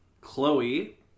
Chloe